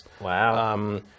Wow